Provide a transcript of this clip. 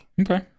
Okay